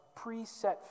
preset